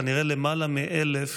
כנראה למעלה מ-1,000,